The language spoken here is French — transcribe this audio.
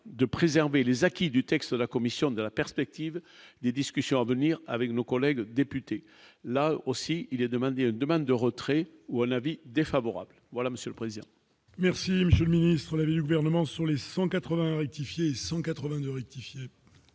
de préserver les acquis du texte, la commission dans la perspective des discussions à venir avec nos collègues députés, là aussi, il est demandé une demande de retrait ou un avis défavorable, voilà Monsieur le Président. Merci, Monsieur le Ministre, les le gouvernement sur les 180 182 rectifier.